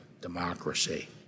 democracy